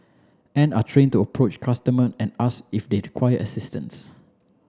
and are trained to approach customer and ask if they require assistance